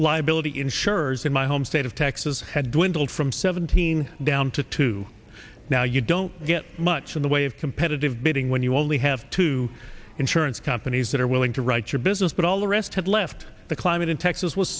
liability insurers in my home state of texas had dwindled from seventeen down to two now you don't get much in the way of competitive bidding when you only have two insurance companies that are willing to write your business but all the rest had left the climate in texas was